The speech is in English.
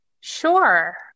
Sure